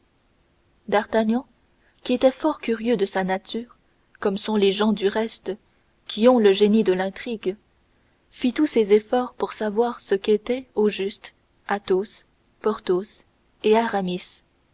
d'artagnan qui était fort curieux de sa nature comme sont les gens du reste qui ont le génie de l'intrigue fit tous ses efforts pour savoir ce qu'étaient au juste athos porthos et aramis